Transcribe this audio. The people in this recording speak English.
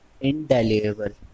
indelible